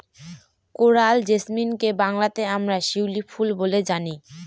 coral জেসমিনকে বাংলাতে আমরা শিউলি ফুল বলে জানি